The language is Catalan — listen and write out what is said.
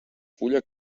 fulla